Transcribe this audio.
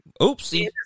oopsie